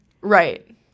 Right